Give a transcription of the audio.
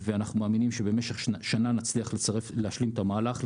ואנחנו מאמינים שבמשך שנה נצליח להשלים את המהלך,